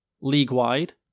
league-wide